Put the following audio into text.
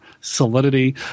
solidity